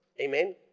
Amen